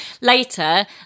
later